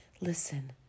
Listen